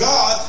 God